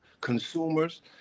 consumers